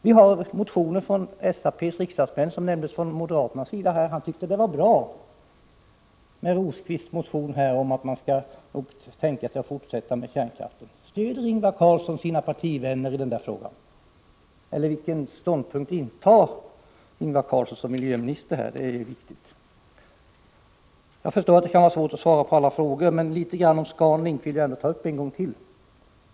Som här nämndes från moderat håll finns det motioner från socialdemokratiska riksdagsmän om att man skall fortsätta med kärnkraften; moderaten som nämnde det tyckte Rosqvists motion var bra. Stöder Ingvar Carlsson sina partivänner i den frågan, eller vilken ståndpunkt intar Ingvar Carlsson som miljöminister? Det är viktigt att få veta. Jag förstår att det kan vara svårt att svara på alla frågor, men jag vill ändå ta upp Scan Link en gång till.